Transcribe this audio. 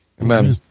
Amen